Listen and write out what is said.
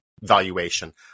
valuation